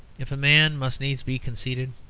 if a man must needs be conceited,